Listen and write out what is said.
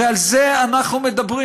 הרי על זה אנחנו מדברים.